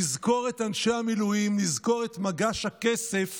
נזכור את אנשי המילואים, נזכור את מגש הכסף